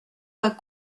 pas